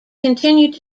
continued